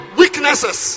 weaknesses